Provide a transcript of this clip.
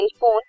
phone